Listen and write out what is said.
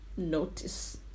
notice